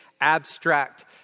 abstract